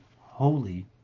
holy